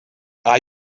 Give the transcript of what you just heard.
are